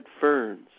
ferns